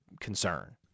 concern